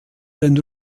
den